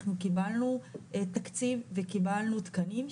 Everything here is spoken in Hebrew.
אנחנו קיבלנו תקציב וקיבלנו תקנים,